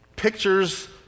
pictures